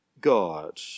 God